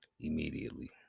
immediately